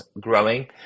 growing